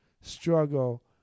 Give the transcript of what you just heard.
struggle